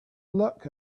luck